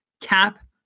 cap